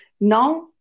Now